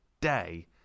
day